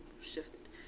shifted